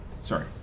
Sorry